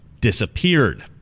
disappeared